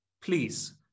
please